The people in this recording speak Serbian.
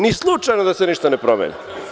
Ni slučajno da se ništa ne promeni.